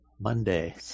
Monday